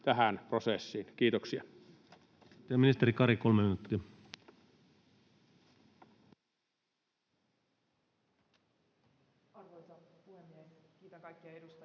tähän prosessiin. — Kiitoksia.